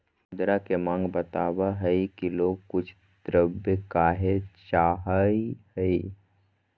मुद्रा के माँग बतवय हइ कि लोग कुछ द्रव्य काहे चाहइ हइ